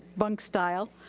bunk style.